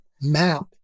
map